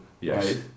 Yes